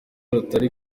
rutari